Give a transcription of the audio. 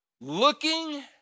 looking